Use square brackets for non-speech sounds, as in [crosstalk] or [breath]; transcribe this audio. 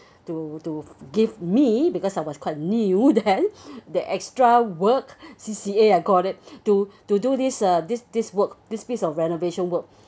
[breath] to to give me because I was quite new then [laughs] the extra work C_C_A I called it [breath] to to do this the this this work this piece of renovation work